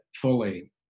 fully